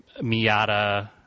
Miata